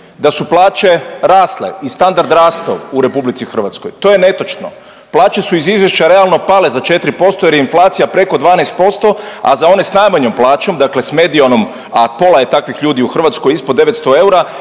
da su plaće rasle i standard rasto u RH, to je netočno. Plaće su iz izvješća realno pale za 4% jer je inflacija preko 12%, a za one s najmanjom plaćom, dakle s medijalnom, a pola je takvih ljudi u Hrvatskoj ispod 900 eura